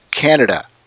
Canada